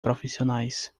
profissionais